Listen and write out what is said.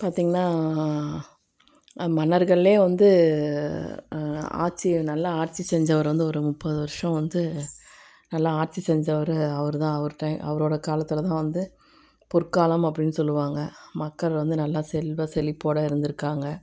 பார்த்திங்னா அந்த மன்னர்கள்ல வந்து ஆட்சியை நல்ல ஆட்சி செஞ்சவர் வந்து ஒரு முப்பது வருஷம் வந்து நல்லா ஆட்சி செஞ்சவர் அவர் தான் அவர் டை அவரோட காலத்தில் தான் வந்து பொற்காலம் அப்படின்னு சொல்லுவாங்க மக்கள் வந்து நல்லா செல்வ செழிப்போட இருந்துருக்காங்க